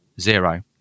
Zero